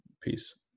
peace